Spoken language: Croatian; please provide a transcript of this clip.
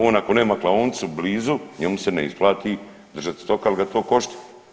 On ako nema klaonicu blizu njemu se ne isplati držat stoka jel ga to košta.